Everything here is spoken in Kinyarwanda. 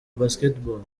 basketball